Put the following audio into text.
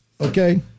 Okay